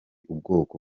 ubwoko